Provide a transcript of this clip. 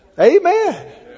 Amen